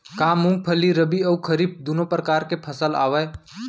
का मूंगफली रबि अऊ खरीफ दूनो परकार फसल आवय?